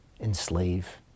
enslave